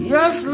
Yes